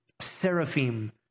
Seraphim